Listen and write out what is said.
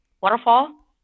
waterfall